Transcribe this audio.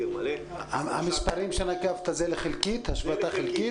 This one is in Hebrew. מלא --- המספרים שנקבת זה להשבתה חלקית?